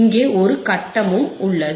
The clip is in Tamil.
இங்கே ஒரு கட்டமும் உள்ளது